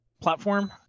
platform